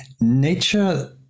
nature